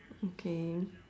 okay